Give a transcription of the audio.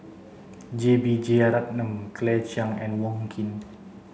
J B Jeyaretnam Claire Chiang and Wong Keen